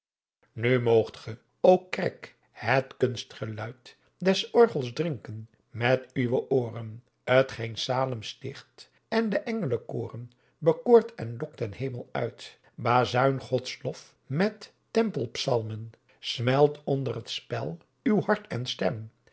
nu moogt ge o kerk het kunstgeluyt des orgels drinken met uwe ooren t geen salem sticht en de englekooren bekoort en lokt ten hemel uyt bazuin gods lof met tempelpsalmen smelt onder t spel uw hart en stem